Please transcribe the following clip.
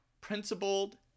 Principled